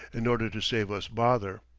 in order to save us bother.